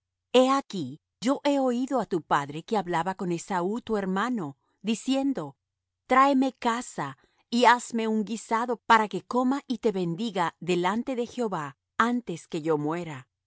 he aquí yo he oído á tu padre que hablaba con esaú tu hermano diciendo tráeme caza y hazme un guisado para que coma y te bendiga delante de jehová antes que yo muera